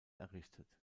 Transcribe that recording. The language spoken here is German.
errichtet